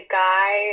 guy